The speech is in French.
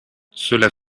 cela